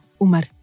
Umar